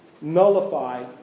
nullify